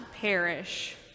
perish